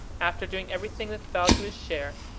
after doing everything that fell to his share,